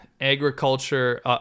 agriculture